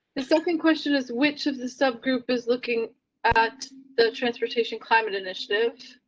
the second question is which of the subgroup is looking at the transportation climate initiative.